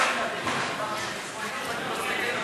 הרבה מאוד שנים,